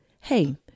hey